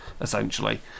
essentially